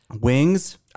wings